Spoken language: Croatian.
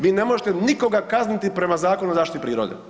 Vi ne možete nikoga kazniti prema zakonu o zaštiti prirode.